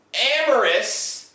Amorous